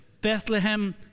Bethlehem